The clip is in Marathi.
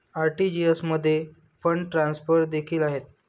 आर.टी.जी.एस मध्ये फंड ट्रान्सफर देखील आहेत